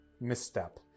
misstep